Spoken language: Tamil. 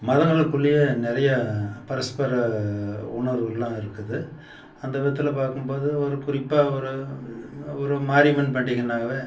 மதங்களுக்குள்ளேயே நிறையா பரஸ்பர உணர்வுகளெலாம் இருக்குது அந்த விதத்தில் பார்க்கும்போது ஒரு குறிப்பாக ஒரு ஒரு மாரியம்மன் பண்டிகைன்னாவே